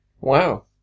Wow